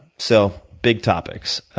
so big topics,